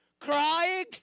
crying